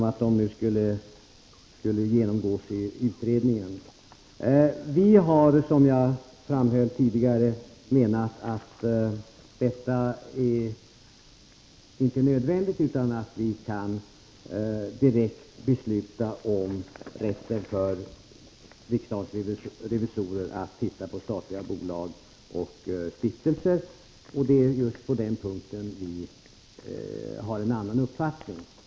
Vi anser, som jag framhöll tidigare, att detta inte är nödvändigt. Riksdagen kan direkt besluta om rätten för riksdagens revisorer att titta på statliga bolag och stiftelser. Det är just på den punkten vi har en annan uppfattning.